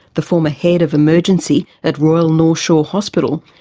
the former head of emergency at royal north shore hospital,